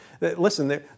listen